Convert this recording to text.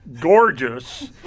gorgeous